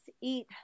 eat